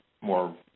more